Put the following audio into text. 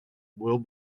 will